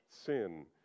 sin